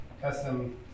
Custom